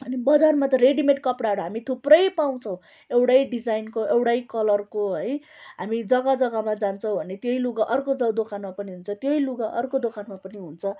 अनि बजारमा त रेडिमेड कपडाहरू हामी थुप्रै पाउँछौँ एउटै डिजाइनको एउडै कलरको है हामी जग्गा जग्गामा जान्छौँ भने त्यही लुगा अर्को दोकानमा पनि हुन्छ त्यही लुगा अर्को दोकानमा पनि हुन्छ